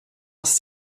was